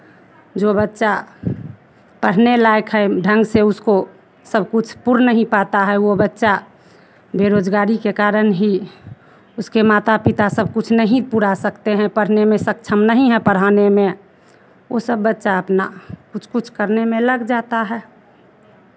जो बच्चा पढ़ने लायक है ढंग से उसको सब कुछ पुर नहीं पाता है वो बच्चा बेरोज़गारी के कारण ही उसके माता पिता सब कुछ नहीं पुरा सकते हैं पढ़ने में सक्षम नहीं हैं पढ़ाने में वो सब बच्चा अपना कुछ कुछ करने में लग जाता है